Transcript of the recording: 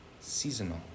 seasonal